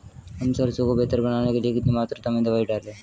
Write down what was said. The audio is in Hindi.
हम सरसों को बेहतर बनाने के लिए कितनी मात्रा में दवाई डालें?